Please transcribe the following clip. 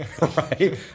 Right